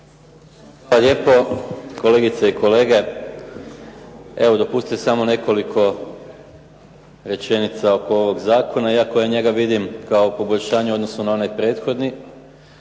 Hvala lijepo. Kolegice i kolege, evo dopustite samo nekoliko rečenica oko ovog zakona, iako ja njega vidim kao poboljšanje u odnosu na onaj prethodni.